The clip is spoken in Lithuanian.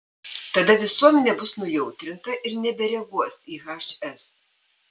tada visuomenė bus nujautrinta ir nebereaguos į hs